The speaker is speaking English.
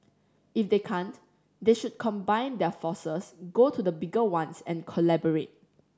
if they can't they should combine their forces go to the bigger ones and collaborate